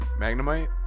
Magnemite